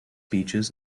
beaches